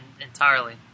entirely